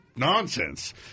Nonsense